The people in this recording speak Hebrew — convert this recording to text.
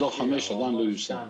דור 5 עדיין לא יושם.